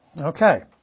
Okay